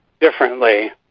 differently